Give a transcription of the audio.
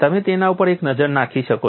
તમે તેના ઉપર એક નજર નાખી શકો છો